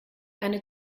eine